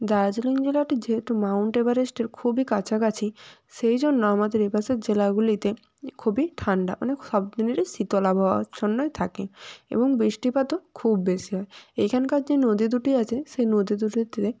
দার্জিলিং জেলাটি যেহেতু মাউন্ট এভারেস্টের খুবই কাছাকাছি সেই জন্য আমাদের এপাশের জেলাগুলিতে খুবই ঠান্ডা মানে সব দিনেরই শীতল আবহাওয়ার জন্যই থাকে এবং বৃষ্টিপাতও খুব বেশি হয় এইখানকার যে নদী দুটি আছে সেই নদী দুটিতে